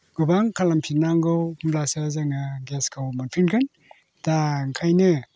गोबां खालामफिननांगौ होनब्लासो जोङो गेसखौ मोनफिनगोन दा ओंखायनो